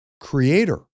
creator